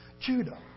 Judah